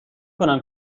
کنم